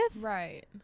Right